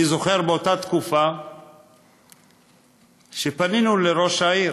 אני זוכר שבאותה תקופה פנינו לראש העיר